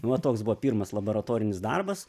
nu va toks buvo pirmas laboratorinis darbas